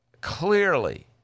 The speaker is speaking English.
clearly